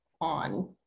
on